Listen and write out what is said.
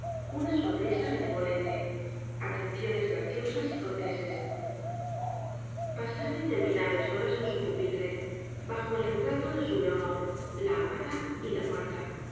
una sonrisa benevolente atenciones graciosas y corteses pasaba interminables horas en su pupitre bajo el retrato de su leonor la a m a d a y la muerta